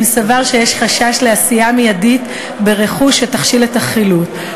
סבר שיש חשש לעשייה מיידית ברכוש שתכשיל את החילוט,